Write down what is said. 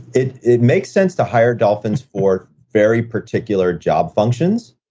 it it makes sense to hire dolphins for very particular job functions.